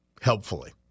helpfully